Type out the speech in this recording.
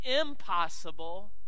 impossible